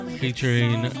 featuring